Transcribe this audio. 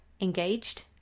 engaged